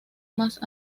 más